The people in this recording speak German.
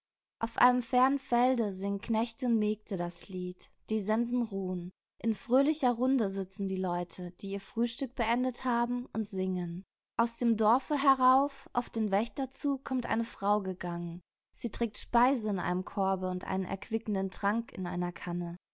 auf einem fernen felde singen knechte und mägde das lied die sensen ruhen in fröhlicher runde sitzen die leute die ihr frühstück beendet haben und singen aus dem dorfe herauf auf den wächter zu kommt eine frau gegangen sie trägt speise in einem korbe und einen erquickenden trank in einer kanne